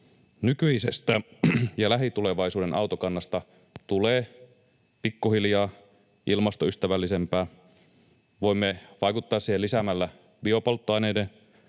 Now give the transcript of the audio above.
Nykyisestä ja lähitulevaisuuden autokannasta tulee pikkuhiljaa ilmastoystävällisempää. Voimme vaikuttaa siihen lisäämällä biopolttoaineiden